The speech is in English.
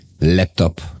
laptop